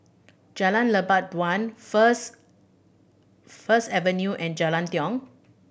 Jalan Lebat Daun First First Avenue and Jalan Tiong